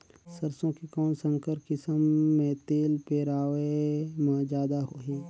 सरसो के कौन संकर किसम मे तेल पेरावाय म जादा होही?